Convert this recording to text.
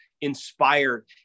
inspired